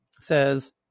says